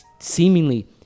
seemingly